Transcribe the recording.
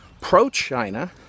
pro-China